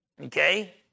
Okay